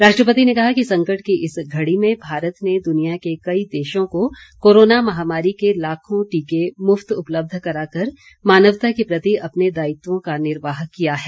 राष्ट्रपति ने कहा कि संकट की इस घड़ी में भारत ने दुनिया के कई देशों को कोरोना महामारी के लाखों टीके मुफ्त उपलब्ध कराकर मानवता के प्रति अपने दायित्यों का निर्वाह किया है